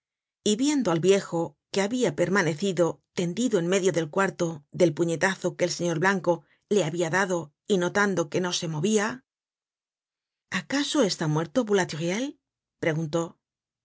y viendo al viejo que habia permanecido tendido en medio del cuarto del puñetazo que el señor blanco le habia dado y notando que no se movia acaso está muerto boulatruelle preguntó